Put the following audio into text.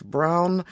Brown